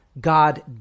God